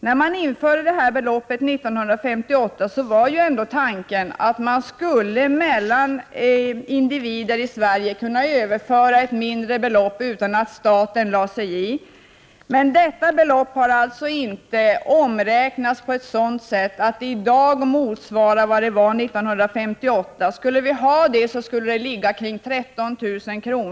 När man införde den regeln 1958 var tanken att individer i Sverige skulle kunna överföra ett mindre belopp sinsemellan utan att staten lade sig i det. Detta belopp har emellertid inte omräknats på ett sådant sätt att det i dag motsvarar vad det var värt 1958. Om så vore fallet, skulle det ligga kring 13 000 kr.